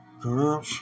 Girl